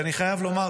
אני חייב לומר,